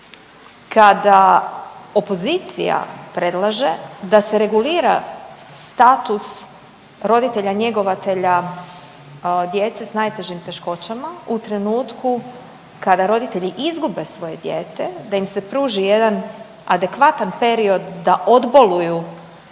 kada opozicija predlaže da se regulira status roditelja njegovatelja djece s najtežim teškoćama u trenutku kada roditelji izgube svoje dijete da im se pruži jedan adekvatan period da odboluju